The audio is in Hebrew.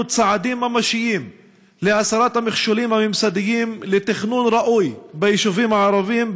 צעדים ממשיים להסרת המכשולים הממסדיים לתכנון ראוי ביישובים הערביים,